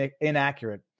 inaccurate